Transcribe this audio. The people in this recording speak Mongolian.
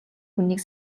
хүнийг